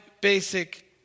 basic